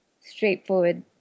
straightforward